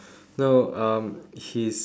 no um his